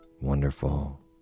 wonderful